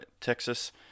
Texas